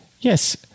Yes